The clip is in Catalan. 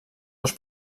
dos